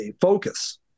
focus